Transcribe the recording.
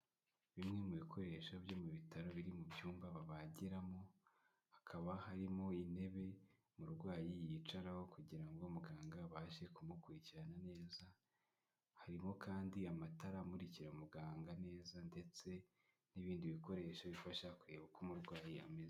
Bimwe mu bikoresho byo mu bitaro biri mu byumba babagiramo hakaba harimo intebe umurwayi yicaraho kugira ngo muganga abashe kumukurikirana neza, harimo kandi amatara amurikira muganga neza ndetse n'ibindi bikoresho bifasha kureba uko umurwayi ameze.